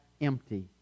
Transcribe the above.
empty